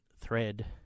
thread